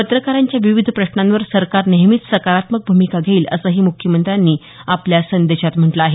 पत्रकारांच्या विविध प्रश्नांवर सरकार नेहमीच सकारात्मक भूमिका घेईल असंही मुख्यमंत्र्यांनी आपल्या संदेशात म्हटलं आहे